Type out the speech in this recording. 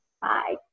Bye